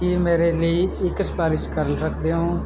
ਕੀ ਮੇਰੇ ਲਈ ਇੱਕ ਸਿਫਾਰਿਸ਼ ਕਰ ਸਕਦੇ ਹੋ